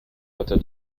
hatte